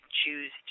choose